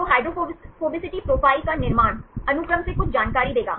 तो hydrophobicity profile का निर्माण अनुक्रम से कुछ जानकारी देगा